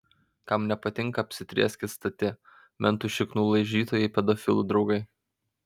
kam nepatinka apsitrieskit stati mentų šiknų laižytojai pedofilų draugai